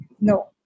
no